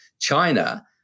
China